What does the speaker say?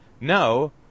no